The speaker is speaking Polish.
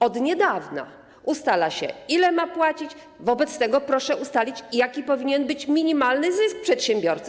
Od niedawna ustala się, ile ma płacić, wobec tego proszę ustalić, jaki powinien być minimalny zysk przedsiębiorcy.